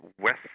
West